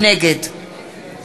נגד